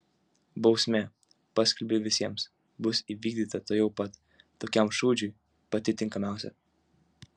bausmė paskelbei visiems bus įvykdyta tuojau pat tokiam šūdžiui pati tinkamiausia